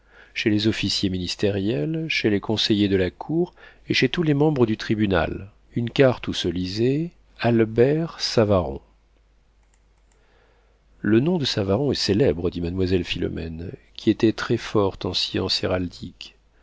chez les officiers ministériels chez les conseillers de la cour et chez tous les membres du tribunal une carte où se lisait albert savaron le nom de savaron est célèbre dit mademoiselle philomène qui était très-forte en science